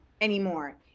anymore